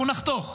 אנחנו נחתוך,